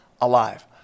alive